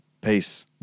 Peace